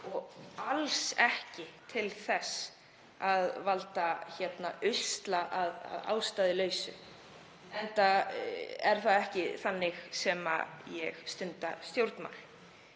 og alls ekki til þess að valda usla að ástæðulausu, enda er það ekki þannig sem ég stunda stjórnmál.